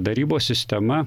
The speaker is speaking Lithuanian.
darybos sistema